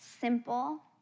simple